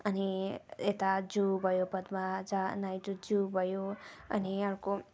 अनि यता जू भयो पद्माजा नायडू जू भयो अनि अर्को